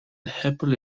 happily